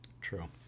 true